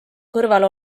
kõrval